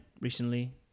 recently